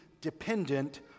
dependent